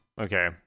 Okay